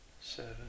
seven